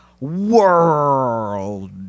world